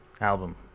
album